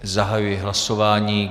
Zahajuji hlasování.